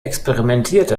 experimentierte